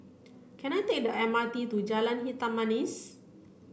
can I take the M R T to Jalan Hitam Manis